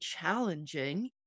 challenging